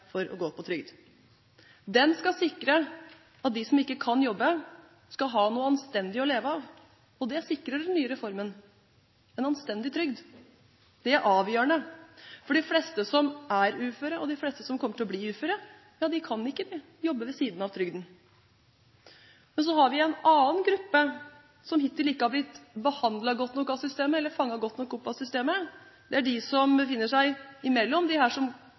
for å gå på trygd. Den skal sikre at de som ikke kan jobbe, skal ha noe anstendig å leve av, og det sikrer den nye reformen – en anstendig trygd. Det er avgjørende. For de fleste som er uføre, og de fleste som kommer til å bli uføre, kan ikke jobbe ved siden av trygden. Så har vi en annen gruppe, som hittil ikke er blitt behandlet godt nok av systemet, eller som ikke er blitt fanget godt nok opp av systemet. Det er de som befinner seg mellom dem som